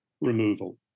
removal